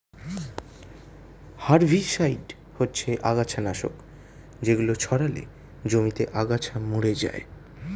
herbicide হচ্ছে আগাছানাশক যেগুলো ছড়ালে জমিতে আগাছা মরে যায়